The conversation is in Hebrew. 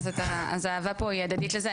אז האהבה פה היא הדדית לזה.